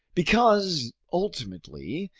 because, ultimately,